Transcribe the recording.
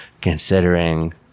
considering